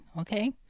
okay